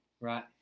Right